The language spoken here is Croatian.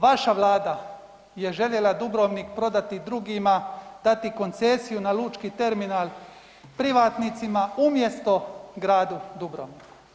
Vaša vlada je željela Dubrovnik prodati drugima, dati koncesiju na lučki terminal privatnicima umjesto gradu Dubrovniku.